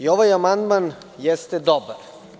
Ovaj amandman jeste dobar.